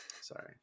Sorry